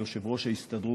ליושב-ראש ההסתדרות,